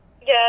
Yes